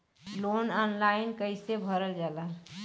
Loan online कइसे भरल जाला?